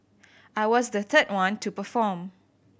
I was the third one to perform